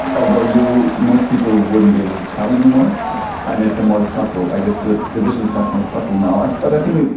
although most people wouldn't be able to tell anymore and it's a more subtle, i guess this division's much more subtle now. ah but i think,